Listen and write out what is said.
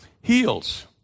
heals